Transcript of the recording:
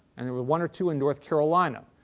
and one or two in north carolina.